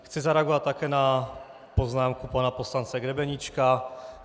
Chci zareagovat také na poznámku pana poslance Grebeníčka.